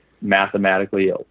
mathematically